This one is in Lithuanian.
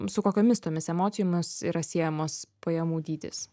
su kokiomis tomis emocijomis yra siejamas pajamų dydis